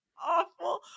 awful